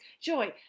joy